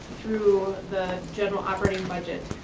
through the general operating budget.